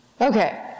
Okay